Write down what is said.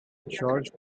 george